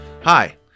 Hi